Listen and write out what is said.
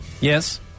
Yes